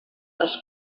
dels